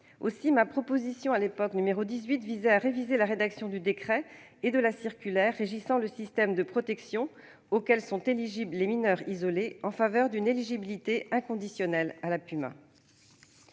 Aussi, ma proposition n° 18 visait à réviser la rédaction du décret et de la circulaire régissant le système de protection des mineurs isolés en faveur de leur éligibilité inconditionnelle à la PUMa.